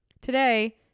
Today